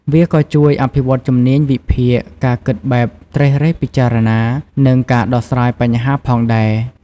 វាក៏ជួយអភិវឌ្ឍជំនាញវិភាគ ការគិតបែបត្រិះរិះពិចារណា និងការដោះស្រាយបញ្ហាផងដែរ។